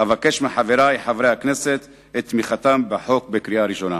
אבקש מחברי חברי הכנסת את תמיכתם בחוק בקריאה ראשונה.